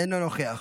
אינה נוכחת,